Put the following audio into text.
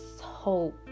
hope